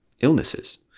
illnesses